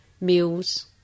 meals